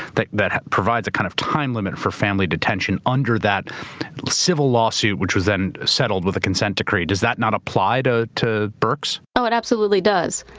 that that provides a kind of time limit for family detention under that civil lawsuit, which was then settled with a consent decree. does that not apply to to berks? oh, it absolutely does.